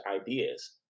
ideas